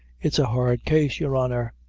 it's a hard case, your honor.